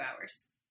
hours